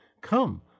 Come